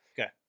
Okay